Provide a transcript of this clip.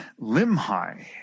Limhi